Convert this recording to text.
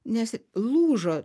nes lūžo